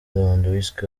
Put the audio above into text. lewandowski